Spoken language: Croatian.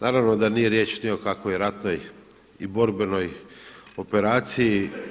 Naravno da nije riječ ni o kakvoj ratnoj i borbenoj operaciji.